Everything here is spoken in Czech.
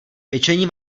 pečení